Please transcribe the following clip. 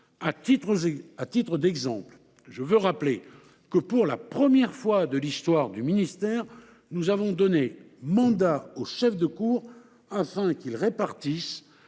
À titre d’exemple, je tiens à rappeler que, pour la première fois dans l’histoire du ministère, nous avons donné mandat aux chefs de cour pour répartir